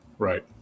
right